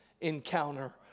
encounter